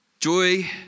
Joy